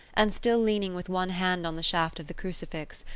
and, still leaning with one hand on the shaft of the crucifix,